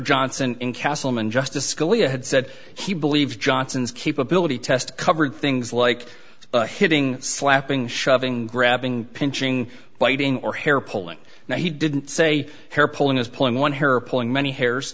johnson in castleman justice scalia had said he believes johnson's capability test coverage things like hitting slapping shoving grabbing pinching biting or hair pulling now he didn't say hair pulling is pulling one hair pulling many